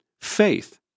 faith